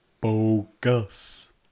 Bogus